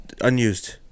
unused